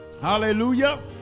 Hallelujah